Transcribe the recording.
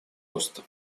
роста